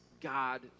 God